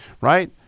right